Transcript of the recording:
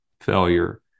failure